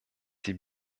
die